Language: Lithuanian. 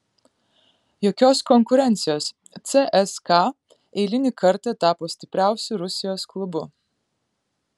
jokios konkurencijos cska eilinį kartą tapo stipriausiu rusijos klubu